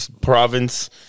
province